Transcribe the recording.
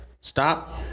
Stop